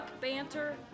banter